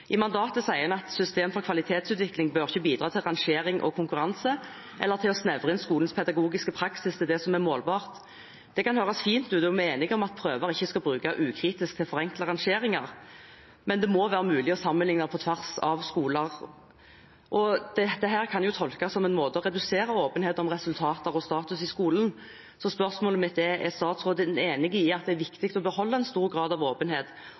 I mandatet sier man at systemet for kvalitetsutvikling ikke bør bidra til rangering og konkurranse eller til å snevre inn skolens pedagogiske praksis til det som er målbart. Det kan høres fint ut, og vi er enige om at prøver ikke skal brukes ukritisk til forenklede rangeringer, men det må være mulig å sammenlikne på tvers av skoler. Dette kan tolkes som en måte å redusere åpenhet om resultater og status i skolen på. Spørsmålet mitt er: Er statsråden enig i at det er viktig å beholde en stor grad av åpenhet